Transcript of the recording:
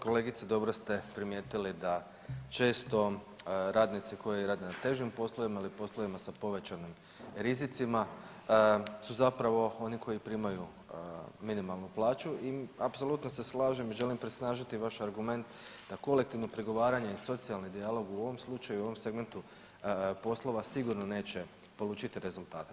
Kolegice dobro ste primijetili da često radnici koji rade na težim poslovima ili poslovima sa povećanim rizicima su zapravo oni koji primaju minimalnu plaću i apsolutno se slažem i želim presnažiti vaš argument da kolektivno pregovaranje i socijalni dijalog u ovom slučaju i u ovom segmentu poslova sigurno neće polučiti rezultate.